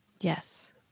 Yes